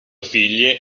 figlie